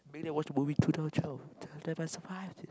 make them watch the movie two thousand twelve tell them I survived this